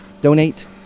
Donate